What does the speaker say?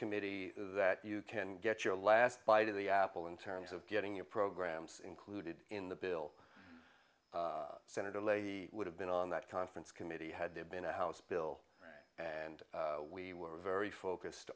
committee that you can get your last bite of the apple in terms of getting your programs included in the bill senator leahy would have been on that conference committee had there been a house bill and we were very focused